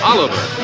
Oliver